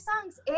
songs